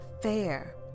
fair